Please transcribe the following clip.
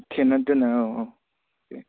खेबनानै दोन्नो औ